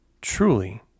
Truly